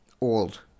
old